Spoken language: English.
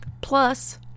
Plus